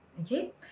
okay